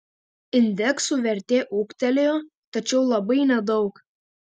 indeksų vertė ūgtelėjo tačiau labai nedaug